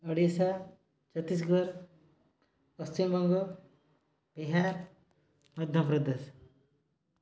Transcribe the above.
Odisha Chhattisgarh Paschimbanga Bihar Madhya Pradesh